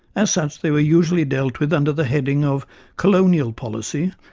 as such they were usually dealt with under the heading of colonial policy,